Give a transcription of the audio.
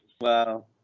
Wow